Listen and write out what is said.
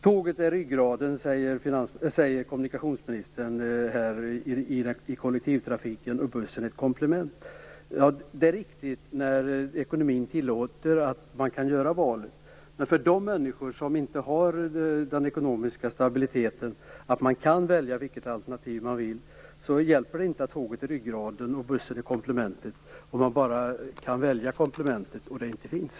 Tåget är ryggraden i kollektivtrafiken, säger kommunikationsministern, och bussen är ett komplement. Det är riktigt om ekonomin tillåter en att göra det valet. Men för de människor som inte har den ekonomiska stabiliteten att de kan välja vilket alternativ de vill ha, hjälper det inte att tåget är ryggraden och bussen komplementet. Det hjälper inte om man bara kan välja komplementet, och detta inte finns.